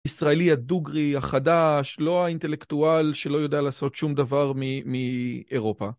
הישראלי הדוגרי החדש, לא האינטלקטואל שלא יודע לעשות שום דבר מאירופה.